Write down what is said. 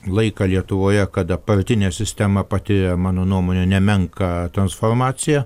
laiką lietuvoje kada partinė sistema patiria mano nuomone nemenką transformaciją